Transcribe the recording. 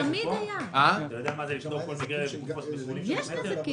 אתה יודע מה זה לבדוק כל מקרה לגופו עד 80 קילומטר?